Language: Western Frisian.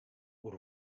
oer